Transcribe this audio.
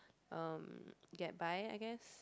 um get by I guessed